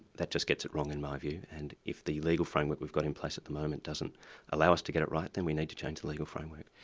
that just gets it wrong, in my view, and if the legal framework we've got in place at the moment doesn't allow us to get it right, then we need to change the legal framework.